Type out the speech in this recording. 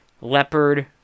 Leopard